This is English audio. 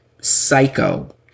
psycho